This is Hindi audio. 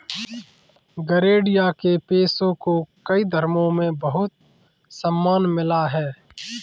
गरेड़िया के पेशे को कई धर्मों में बहुत सम्मान मिला है